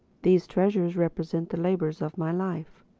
these treasures represent the labors of my life.